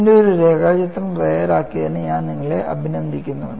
ഇതിന്റെ ഒരു രേഖാചിത്രം തയ്യാറാക്കിയതിന് ഞാൻ നിങ്ങളെ അഭിനന്ദിക്കുന്നു